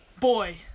Boy